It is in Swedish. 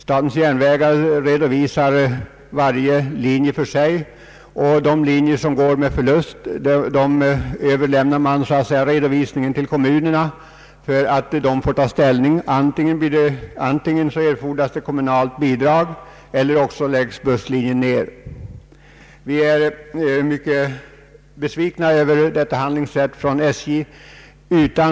Statens järnvägar redovisar varje linje för sig, och för de linjer som går med förlust överlämnar man redovisningen till kommunerna för att dessa skall få ta ställning. Antingen erfordras kommunalt bidrag till kostnaderna eller också läggs busslinjen ned. Vi är mycket besvikna över detta handlingssätt från SJ:s sida.